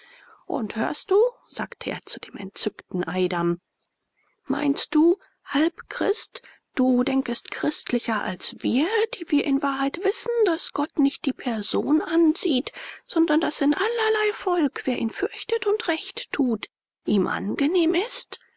und hörst du sagte er zu dem entzückten eidam meinst du halbchrist du denkest christlicher als wir die wir in wahrheit wissen daß gott nicht die person ansieht sondern daß in allerlei volk wer ihn fürchtet und recht tut ihm angenehm ist